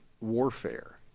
warfare